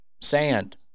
sand